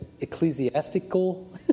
ecclesiastical